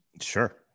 Sure